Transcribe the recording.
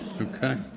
Okay